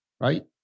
right